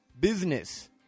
Business